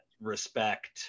respect